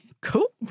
cool